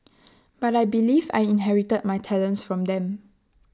but I believe I inherited my talents from them